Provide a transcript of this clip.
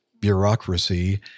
bureaucracy